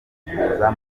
kuza